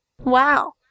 Wow